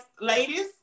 ladies